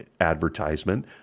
advertisement